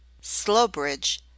Slowbridge